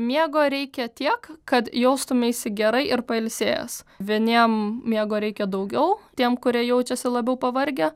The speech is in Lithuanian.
miego reikia tiek kad jaustumeisi gerai ir pailsėjęs vieniem miego reikia daugiau tiem kurie jaučiasi labiau pavargę